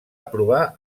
aprovar